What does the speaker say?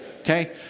Okay